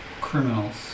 criminals